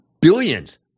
billions